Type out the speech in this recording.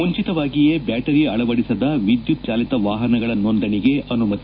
ಮುಂಚಿತವಾಗಿಯೇ ಬ್ಲಾಟರಿ ಅಳವಡಿಸದ ವಿದ್ಲುತ್ ಚಾಲಿತ ವಾಹನಗಳ ನೋಂದಣಿಗೆ ಅನುಮತಿ